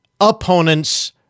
opponents